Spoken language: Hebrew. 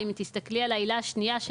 אם תסתכלי על העילה השנייה,